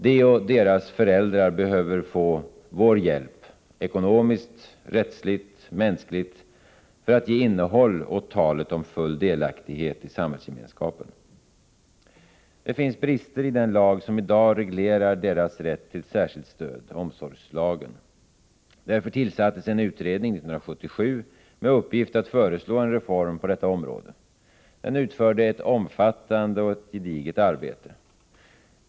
De och deras föräldrar behöver få vår hjälp — ekonomiskt, rättsligt och mänskligt — för att ge innehåll åt talet om full delaktighet i samhällsgemenskapen. Det finns brister i den lag som i dag reglerar deras rätt till särskilt stöd, omsorgslagen. Därför tillsattes en utredning 1977 med uppgift att föreslå en reform på detta område. Den utförde ett omfattande och gediget arbete.